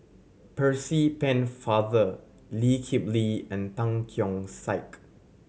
Percy Pennefather Lee Kip Lee and Tan Keong Saik